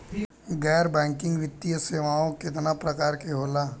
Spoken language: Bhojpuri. गैर बैंकिंग वित्तीय सेवाओं केतना प्रकार के होला?